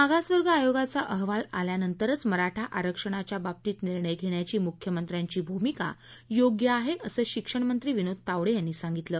मागासवर्ग आयोगाचा अहवाल आल्यानंतरच मराठा आरक्षणाच्या बाबतीत निर्णय घेण्याची मुख्यमंत्र्यांची भूमिका योग्य आहे असं शिक्षण मंत्री विनोद तावडे यांनी सांगितलं